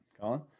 Colin